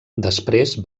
després